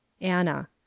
anna